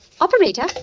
Operator